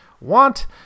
want